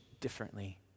differently